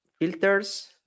filters